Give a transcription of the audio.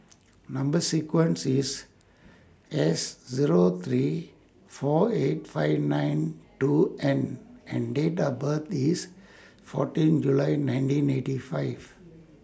Number sequence IS S Zero three four eight five nine two N and Date The birth IS fourteen July nineteen eighty five